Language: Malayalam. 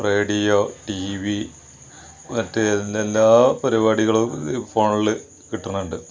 റേഡിയോ ടി വി മറ്റേ ഇതിലെല്ലാ പരിപാടികളും ഫോണില് കിട്ടുന്നുണ്ട്